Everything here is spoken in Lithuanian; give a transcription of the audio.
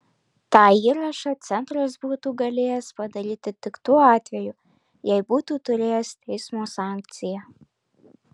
tą įrašą centras būtų galėjęs padaryti tik tuo atveju jei būtų turėjęs teismo sankciją